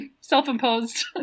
self-imposed